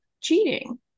cheating